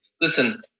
listen